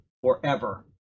forever